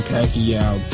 Pacquiao